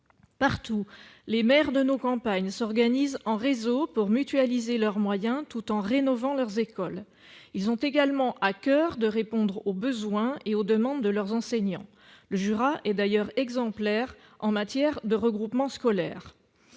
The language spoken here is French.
Partout, les maires de nos campagnes s'organisent en réseau pour mutualiser leurs moyens, tout en rénovant leurs écoles. Ils ont également à coeur de répondre aux besoins et aux demandes de leurs enseignants. Le Jura est d'ailleurs exemplaire en matière de regroupement scolaire.